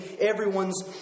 everyone's